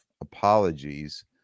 apologies